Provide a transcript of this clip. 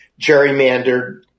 gerrymandered